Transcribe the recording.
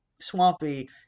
Swampy